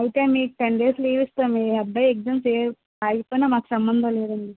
అయితే మీకు ten days leave ఇస్తాము మీ అబ్బాయి ఎగ్జామ్స్ ఏవి రాయకపోయినా మాకు సంబంధం లేదండీ